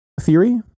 theory